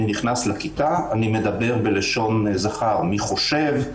אני נכנס לכיתה ומדבר בלשון זכר: "מי חושב?",